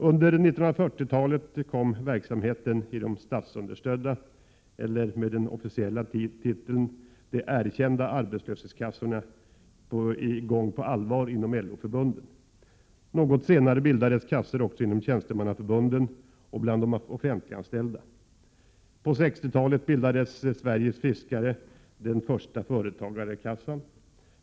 Under 1940-talet kom verksamheten i de statsunderstödda eller, med den officiella titeln, de erkända arbetslöshetskassorna i gång på allvar inom LO-förbunden. Något senare bildades kassor också inom tjänstemannaförbunden och bland de offentliganställda. På 1960-talet bildade Sveriges fiskare den första företagarkassan.